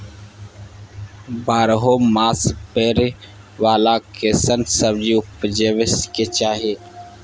बारहो मास फरै बाला कैसन सब्जी उपजैब के चाही?